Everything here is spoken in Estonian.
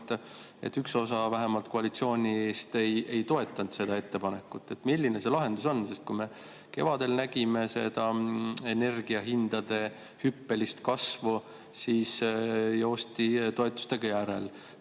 et üks osa koalitsioonist ei toetanud seda ettepanekut. Milline see lahendus on? Kui me kevadel nägime seda energiahindade hüppelist kasvu, siis joosti toetustega järel,